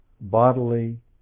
bodily